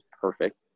perfect